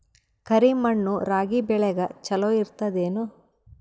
ಕರಿ ಮಣ್ಣು ರಾಗಿ ಬೇಳಿಗ ಚಲೋ ಇರ್ತದ ಏನು?